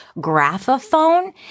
graphophone